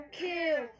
kill